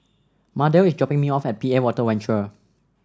Mardell is dropping me off at P A Water Venture